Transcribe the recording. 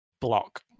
block